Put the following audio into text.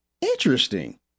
Interesting